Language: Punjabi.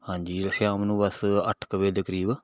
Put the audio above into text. ਹਾਂਜੀ ਸ਼ਾਮ ਨੂੰ ਬਸ ਅੱਠ ਕੁ ਵਜੇ ਦੇ ਕਰੀਬ